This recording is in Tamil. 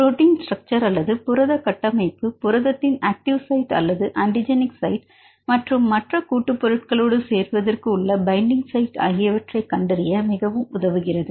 புரோட்டின் ஸ்ட்ரக்சர் அல்லது புரத கட்டமைப்பு புரதத்தின் ஆக்டிவ் சைட் அல்லது ஆன்டிஜெனிக் சைட் மற்றும் மற்ற கூட்டு பொருட்களோடு சேர்வதற்கு உள்ள பைண்டிங் சைட் ஆகியவற்றை கண்டறிய மிகவும் உதவுகிறது